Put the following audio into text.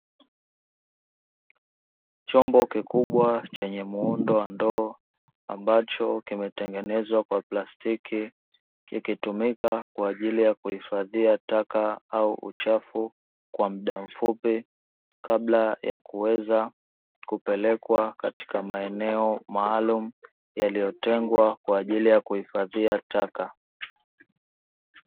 Chombo kikubwa chenye muundo wa ndoo ambacho kimetengenezwa kwa plastiki, kikitumika kwa ajili ya kuhifadhia taka au uchafu kwa mda mfupi, kabla ya kuweza kupelekwa katika maeneo maalumu yaliyotengwa kwa ajili ya kuhifadhia taka.